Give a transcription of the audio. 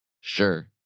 Sure